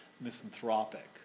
misanthropic